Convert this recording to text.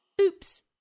Oops